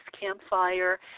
Campfire